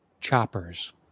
choppers